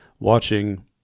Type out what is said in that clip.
Watching